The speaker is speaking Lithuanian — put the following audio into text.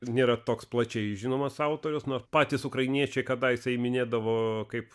nėra toks plačiai žinomas autorius nors patys ukrainiečiai kadaise jį minėdavo kaip